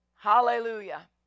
Hallelujah